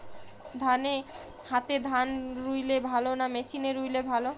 হাতে ধান রুইলে ভালো না মেশিনে রুইলে ভালো?